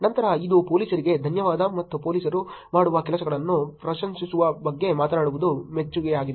ನಂತರ ಇದು ಪೊಲೀಸರಿಗೆ ಧನ್ಯವಾದ ಮತ್ತು ಪೊಲೀಸರು ಮಾಡುವ ಕೆಲಸಗಳನ್ನು ಪ್ರಶಂಸಿಸುವ ಬಗ್ಗೆ ಮಾತನಾಡುವುದು ಮೆಚ್ಚುಗೆಯಾಗಿದೆ